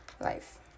life